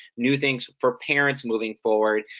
new things for parents moving forward,